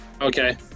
okay